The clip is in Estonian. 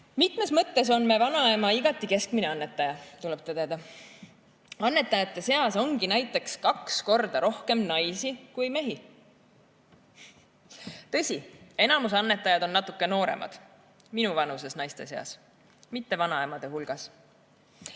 Mitmes mõttes on mu vanaema igati keskmine annetaja, tuleb tõdeda. Annetajate seas ongi näiteks kaks korda rohkem naisi kui mehi. Tõsi, enamik annetajaid on natuke nooremad, minu vanuses naiste seas, mitte vanaemade hulgas.